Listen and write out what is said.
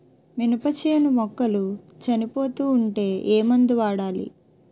మినప చేను మొక్కలు చనిపోతూ ఉంటే ఏమందు వాడాలి?